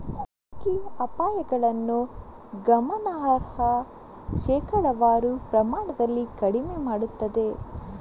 ಹೂಡಿಕೆ ಅಪಾಯಗಳನ್ನು ಗಮನಾರ್ಹ ಶೇಕಡಾವಾರು ಪ್ರಮಾಣದಲ್ಲಿ ಕಡಿಮೆ ಮಾಡುತ್ತದೆ